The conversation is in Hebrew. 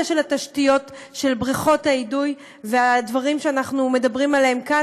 של התשתיות של בריכות האידוי והדברים שאנחנו מדברים עליהם כאן,